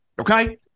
Okay